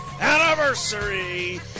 anniversary